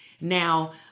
Now